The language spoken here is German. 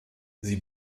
sie